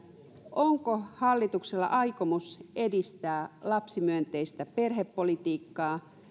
onko hallituksella aikomus edistää lapsimyönteistä perhepolitiikkaa